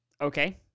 Okay